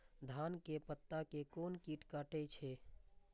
धान के पत्ता के कोन कीट कटे छे?